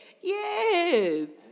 Yes